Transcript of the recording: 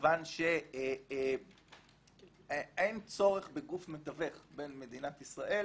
מכיוון שאין צורך בגוף מתווך בין מדינת ישראל